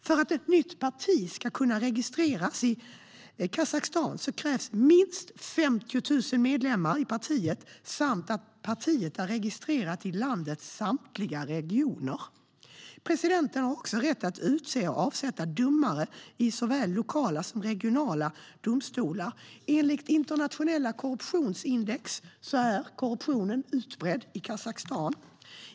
För att ett nytt parti ska kunna registreras i Kazakstan krävs att det har minst 50 000 medlemmar och att det är registrerat i landets samtliga regioner. Presidenten har också rätt att utse och avsätta domare vid såväl lokala som regionala domstolar. Enligt internationella korruptionsindex är korruptionen utbredd i Kazakstan.